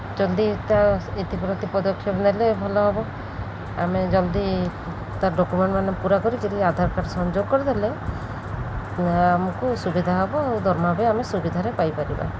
ଜଲ୍ଦି ତା ଏଥିପ୍ରତି ପଦକ୍ଷେପ ନେଲେ ଭଲ ହେବ ଆମେ ଜଲ୍ଦି ତା ଡକୁମେଣ୍ଟ୍ମାନେ ପୁରା କରି କରି ଆଧାର୍ କାର୍ଡ଼୍ ସଂଯୋଗ କରିଦେଲେ ଆମକୁ ସୁବିଧା ହେବ ଆଉ ଦରମା ବି ଆମେ ସୁବିଧାରେ ପାଇପାରିବା